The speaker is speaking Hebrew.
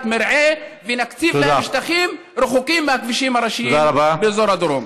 מרעה ונקציב להם שטחים רחוקים מהכבישים הראשיים באזור הדרום.